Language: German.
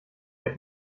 der